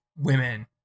women